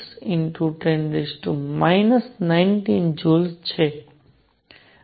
6×10 19 joules છે અને આ જૂલમાં છે